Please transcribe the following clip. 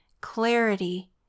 clarity